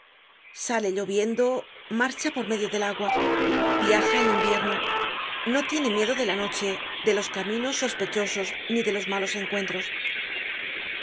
sale lloviendo marcha por medio del agua viaja en invierno no tiene miedo de la noche de los caminos sospechosos ni de los malos encuentros